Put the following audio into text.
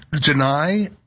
Deny